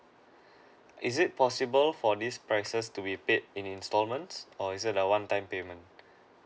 is it possible for these prices to be paid in installments or is it a one time payment